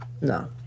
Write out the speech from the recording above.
No